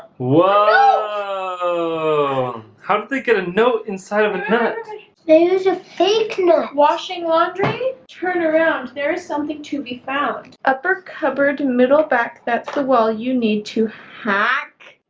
how do they get a note inside of a pennant there's a fakeness washing laundry turn around. there something to be found upper cupboard middle back. that's the wall you need to hack